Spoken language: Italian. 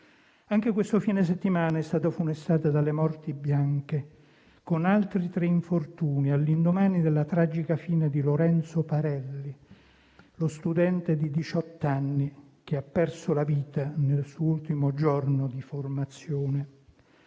Anche questo fine settimana è stato funestato dalle morti bianche con altri tre infortuni, all'indomani della tragica fine di Lorenzo Parelli, lo studente di diciotto anni che ha perso la vita nel suo ultimo giorno di formazione.